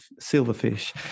silverfish